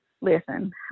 Listen